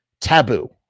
Taboo